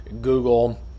Google